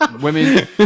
Women